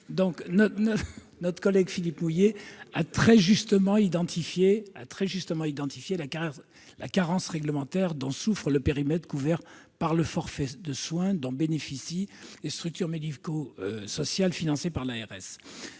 Notre collègue Philippe Mouiller a très justement identifié la carence réglementaire concernant le périmètre couvert par le forfait de soins dont bénéficient les structures médico-sociales financées par les ARS.